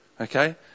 Okay